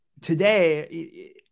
today